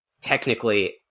technically